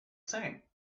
same